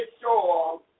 sure